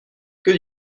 que